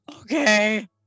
Okay